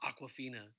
Aquafina